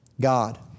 God